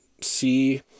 see